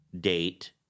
date